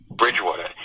Bridgewater